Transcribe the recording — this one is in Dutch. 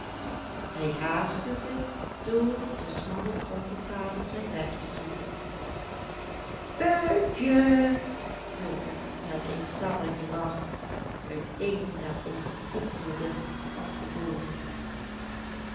hij haastte zich door de smalle kronkelpaden zijn weg te zoeken buikje klonk het met een sarrigen lach uit een der omhoepelde appelboomen